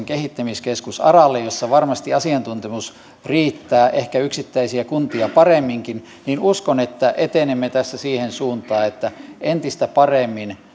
kehittämiskeskus aralle jossa varmasti asiantuntemus riittää ehkä yksittäisiä kuntia paremminkin niin uskon että etenemme tässä siihen suuntaan että entistä paremmin